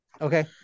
Okay